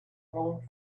room